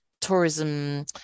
tourism